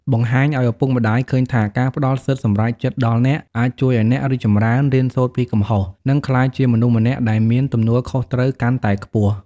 បង្ហាញឲ្យឪពុកម្ដាយឃើញថា ការផ្ដល់សិទ្ធិសម្រេចចិត្តដល់អ្នក អាចជួយឲ្យអ្នក រីកចម្រើន រៀនសូត្រពីកំហុស និង ក្លាយជាមនុស្សម្នាក់ដែលមានទំនួលខុសត្រូវកាន់តែខ្ពស់។